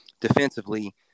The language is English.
defensively